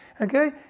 Okay